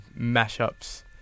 mashups